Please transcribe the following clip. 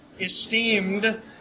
esteemed